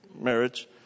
Marriage